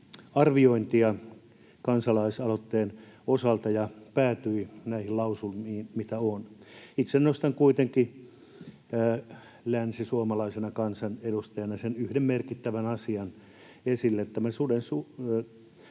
arviointia kansalaisaloitteen osalta ja päätyi näihin lausumiin, mitä on. Itse nostan kuitenkin länsisuomalaisena kansanedustajana esille sen yhden merkittävän asian: tämän suden